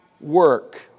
work